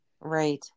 Right